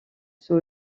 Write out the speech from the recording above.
sous